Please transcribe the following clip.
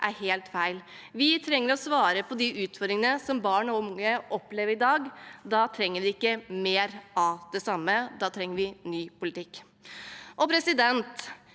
er helt feil. Vi trenger å svare på de utfordringene som barn og unge opplever i dag. Da trenger vi ikke mer av det samme, da trenger vi ny politikk. I en